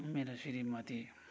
मेरो श्रीमती